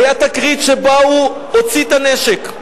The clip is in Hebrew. היתה תקרית שבה הוא הוציא את הנשק,